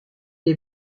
est